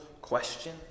question